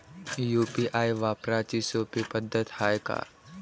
UPI वापराची सोपी पद्धत हाय का?